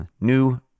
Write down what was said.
new